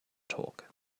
talk